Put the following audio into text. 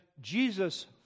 Jesus